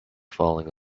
falling